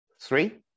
Three